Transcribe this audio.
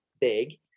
big